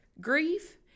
Grief